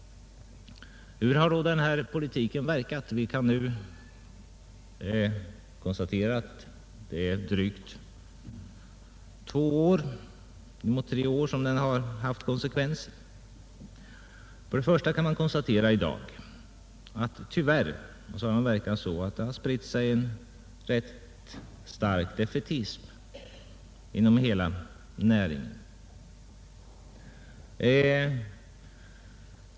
Hur har då den politiken verkat? Den har nu varit i tillämpning i in emot tre år, och vi kan konstatera att den tyvärr har verkat så att det spritt sig en rätt stark defaitism inom hela näringen.